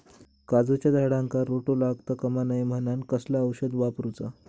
काजूच्या झाडांका रोटो लागता कमा नये म्हनान कसला औषध वापरूचा?